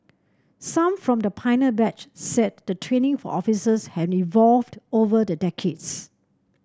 some from the batch said the training for officers evolved over the decades